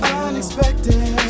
unexpected